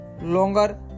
longer